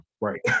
Right